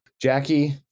Jackie